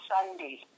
Sunday